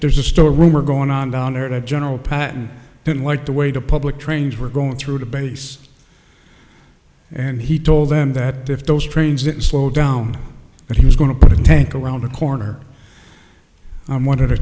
there's a story rumor going on down there to general patton didn't like the way to public trains were going through the base and he told them that if those trains that slow down that he was going to put a tank around the corner i'm one of the